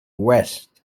west